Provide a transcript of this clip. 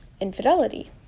Infidelity